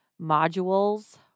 modules